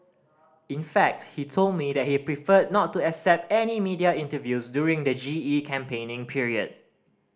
in fact he told me that he preferred not to accept any media interviews during the G E campaigning period